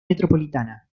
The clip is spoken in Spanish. metropolitana